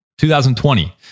2020